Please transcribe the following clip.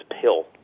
pill